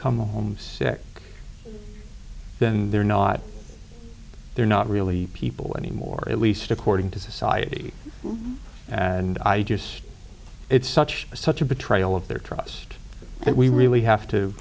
come home sick then they're not they're not really people anymore at least according to society and i just it's such a such a betrayal of their trust that we really have to